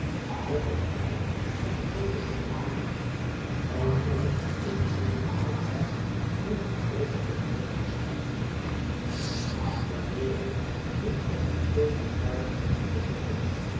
met een air van vroolijke voldoening alsof het gekunstelde van de zaak hun het grootste genot verschafte veneering doet echter twee merkwaardige goede zetten